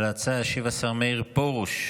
על ההצעה ישיב השר מאיר פרוש,